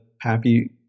happy